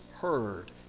heard